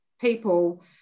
people